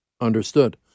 Understood